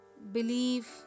Believe